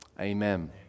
Amen